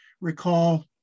recall